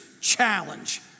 challenge